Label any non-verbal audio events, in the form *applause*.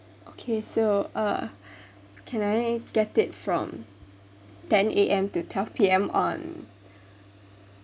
okay so uh *breath* can I get it from ten A_M to twelve P_M on